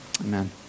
amen